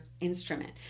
instrument